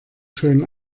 schön